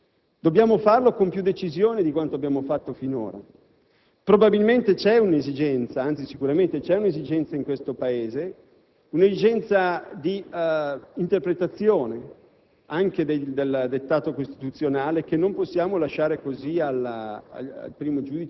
Sicuramente non possiamo accontentarci di dire che la Corte di cassazione ha invaso l'ambito legislativo, perché è anche un problema nostro e poiché noi siamo l'ambito legislativo siamo noi a dover entrare nel merito della questione.